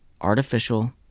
Artificial